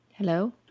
Hello